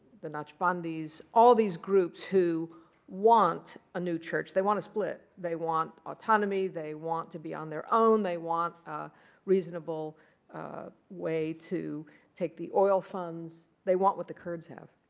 the naqshbandis, all these groups who want a new church. they want a split. they want autonomy. they want to be on their own. they want a reasonable way to take the oil funds. they want what the kurds have.